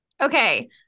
Okay